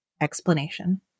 explanation